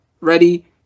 ready